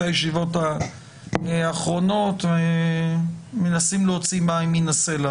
הישיבות האחרונות ומנסים להוציא מים מן הסלע.